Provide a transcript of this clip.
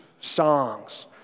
songs